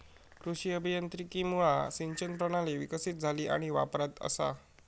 कृषी अभियांत्रिकीमुळा सिंचन प्रणाली विकसीत झाली आणि वापरात असा